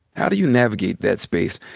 how do you navigate that space?